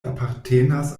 apartenas